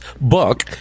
book